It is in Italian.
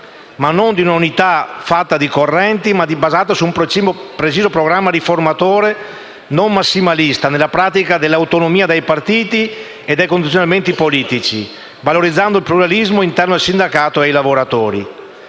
non di un'unità fatta però di correnti, ma basata su di un preciso programma riformatore, non massimalista nella pratica dell'autonomia dai partiti e dai condizionamenti politici, valorizzando il pluralismo interno al sindacato e ai lavoratori.